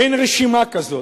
אין רשימה כזאת,